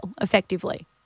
effectively